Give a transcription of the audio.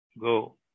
go